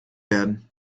werden